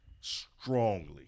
strongly